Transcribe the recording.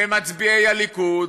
ומצביעי הליכוד,